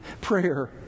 prayer